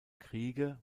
kriege